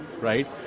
right